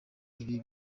ibi